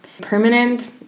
permanent